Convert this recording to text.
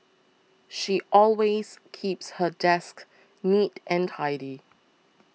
she always keeps her desk neat and tidy